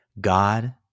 God